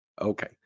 Okay